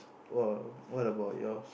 what what about yours